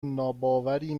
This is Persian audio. ناباوری